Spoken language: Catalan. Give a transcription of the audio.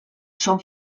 són